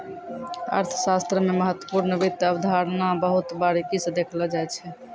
अर्थशास्त्र मे महत्वपूर्ण वित्त अवधारणा बहुत बारीकी स देखलो जाय छै